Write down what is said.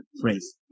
phrase